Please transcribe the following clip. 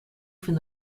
from